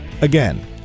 Again